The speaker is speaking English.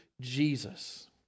Jesus